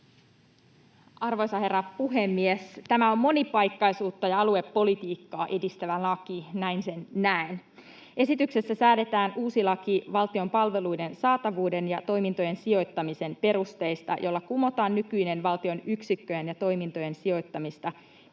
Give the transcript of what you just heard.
Arvoisa herra puhemies! Tämä on monipaikkaisuutta ja aluepolitiikkaa edistävä laki — näin sen näen. Esityksessä säädetään uusi laki valtion palveluiden saatavuuden ja toimintojen sijoittamisen perusteista, jolla kumotaan nykyinen valtion yksikköjen ja toimintojen sijoittamista